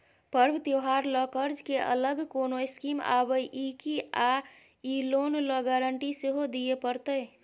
पर्व त्योहार ल कर्ज के अलग कोनो स्कीम आबै इ की आ इ लोन ल गारंटी सेहो दिए परतै?